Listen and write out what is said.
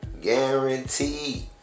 guaranteed